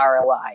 ROI